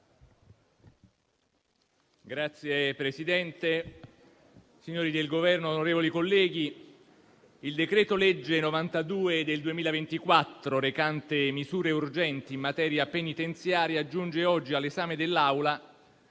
il decreto-legge n. 92 del 2024, recante misure urgenti in materia penitenziaria, giunge oggi all'esame dell'Assemblea